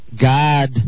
God